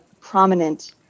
prominent